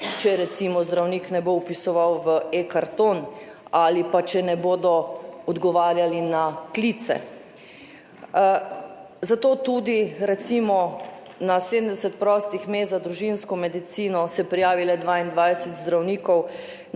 če recimo zdravnik ne bo vpisoval v e-karton ali pa če ne bodo odgovarjali na klice. Zato se tudi, recimo, na 70 prostih mest za družinsko medicino prijavi le 22 zdravnikov,